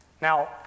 Now